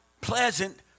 pleasant